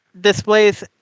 displays